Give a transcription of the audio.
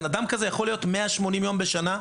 אדם כזה יכול להיעדר 180 ימים בשנה,